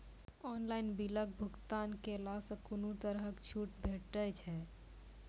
Online बिलक भुगतान केलासॅ कुनू तरहक छूट भेटै छै?